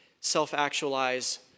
self-actualize